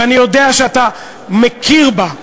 ואני יודע שאתה מכיר בה,